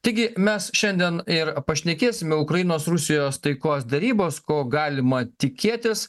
taigi mes šiandien ir pašnekėsime ukrainos rusijos taikos derybos ko galima tikėtis